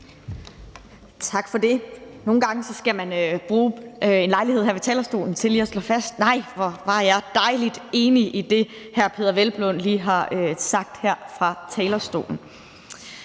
Tak for det. Nogle gange skal man bruge en lejlighed her på talerstolen til lige at slå fast, at nej, hvor var jeg dejlig enig i det, hr. Peder Hvelplund lige sagde her fra talerstolen.